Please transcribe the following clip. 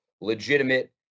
legitimate